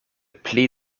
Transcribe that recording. pli